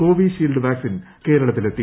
Covishield vaccine കേരളത്തിലെത്തി